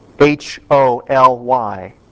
H-O-L-Y